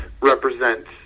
represents